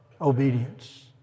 obedience